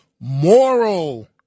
moral